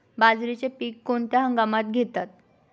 बाजरीचे पीक कोणत्या हंगामात घेतात?